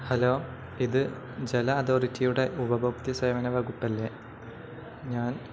hello ഇത് ജല അതോറിറ്റിയുടെ ഉപഭോക്തൃ സേവന വകുപ്പല്ലേ ഞാൻ